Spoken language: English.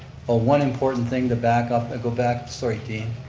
ah one important thing to back-up, go back, sorry dean.